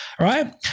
Right